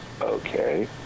okay